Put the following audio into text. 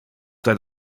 tijd